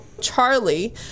Charlie